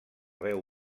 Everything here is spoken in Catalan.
veu